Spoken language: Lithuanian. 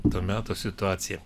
to meto situacija